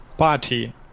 party